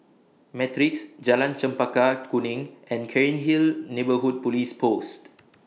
Matrix Jalan Chempaka Kuning and Cairnhill Neighbourhood Police Post